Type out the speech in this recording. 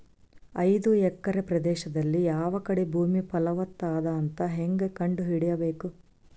ಐದು ಎಕರೆ ಪ್ರದೇಶದಲ್ಲಿ ಯಾವ ಕಡೆ ಭೂಮಿ ಫಲವತ ಅದ ಅಂತ ಹೇಂಗ ಕಂಡ ಹಿಡಿಯಬೇಕು?